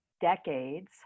decades